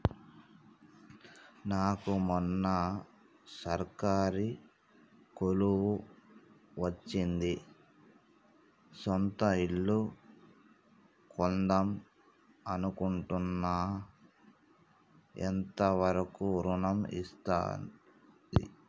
నాకు మొన్న సర్కారీ కొలువు వచ్చింది సొంత ఇల్లు కొన్దాం అనుకుంటున్నా ఎంత వరకు ఋణం వస్తది?